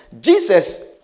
Jesus